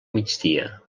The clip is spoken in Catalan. migdia